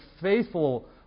faithful